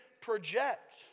project